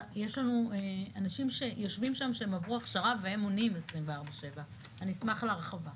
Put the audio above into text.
יש לנו אנשים שיושבים שם שעברו הכשרה והם עונים 24/7. אני אשמח להרחבה.